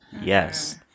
Yes